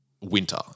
winter